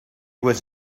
was